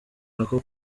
nako